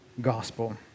gospel